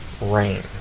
rain